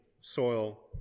soil